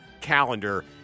calendar